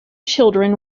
children